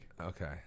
Okay